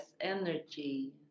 energy